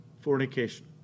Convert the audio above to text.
fornication